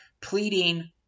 Pleading